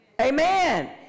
Amen